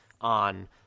on